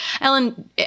Ellen